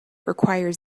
requires